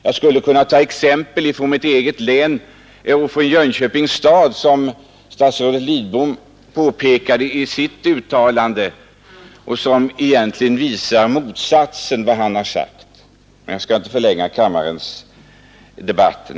Jag skulle kunna dra fram exempel från mitt eget län och från Jönköpings kommun som statsrådet Lidbom pekade på i sitt anförande men som egentligen visar motsatsen till vad han sagt, men jag skall inte förlänga kammarens debatt.